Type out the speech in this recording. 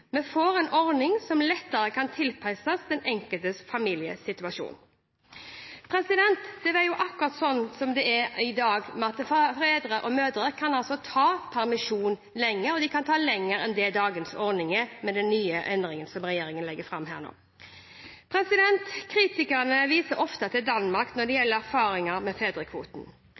vi får en ordning som lettere kan tilpasses den enkelte families situasjon. Det er jo akkurat sånn som det er i dag: Fedre og mødre kan ta permisjon lenge – og de kan ta det lenger med den nye endringen som regjeringen legger fram her nå, enn med dagens ordning. Kritikerne viser ofte til Danmark når det gjelder erfaringer med